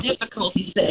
difficulties